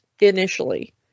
initially